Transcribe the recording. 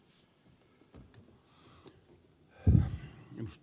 arvoisa puhemies